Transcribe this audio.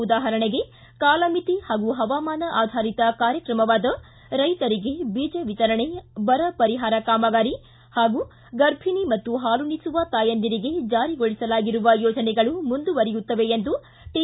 ಉದಾಹರಣೆಗೆ ಕಾಲಮಿತಿ ಹಾಗೂ ಹವಾಮಾನ ಆಧರಿತ ಕಾರ್ಯಕ್ರಮವಾದ ರೈತರಿಗೆ ಬೀಜ ವಿತರಣೆ ಬರ ಪರಿಹಾರ ಕಾಮಗಾರಿ ಹಾಗೂ ಗರ್ಭಿಣಿ ಮತ್ತು ಹಾಲುಣಿಸುವ ತಾಯಂದಿರಿಗೆ ಜಾರಿಗೊಳಿಸಲಾಗಿರುವ ಯೋಜನೆಗಳು ಮುಂದುವರಿಯುತ್ತವೆ ಎಂದು ಟಿ